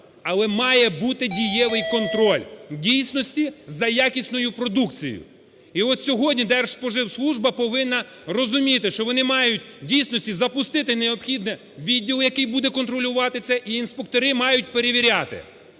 але має бути дієвий контроль в дійсності за якісною продукцією. І от сьогодні Держспоживслужба повинна розуміти, що вони мають в дійсності запустити необхідний відділ, який буде контролювати це і інспектори мають перевіряти.